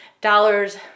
dollars